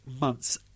months